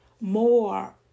more